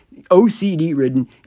OCD-ridden